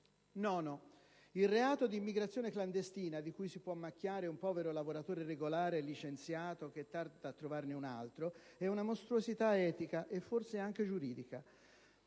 Nono. Il reato d'immigrazione clandestina - di cui si può macchiare un povero lavoratore regolare licenziato che tarda a trovare un altro lavoro - è una mostruosità etica, e forse anche giuridica.